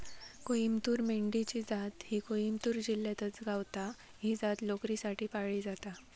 कोईमतूर मेंढी ची जात ही कोईमतूर जिल्ह्यातच गावता, ही जात लोकरीसाठी पाळली जाता